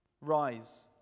Rise